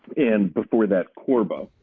and before that corba.